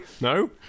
No